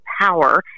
power